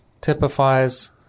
typifies